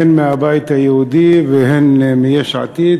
הן מהבית היהודי והן מיש עתיד,